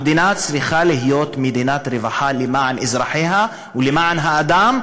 המדינה צריכה להיות מדינת רווחה למען אזרחיה ולמען האדם,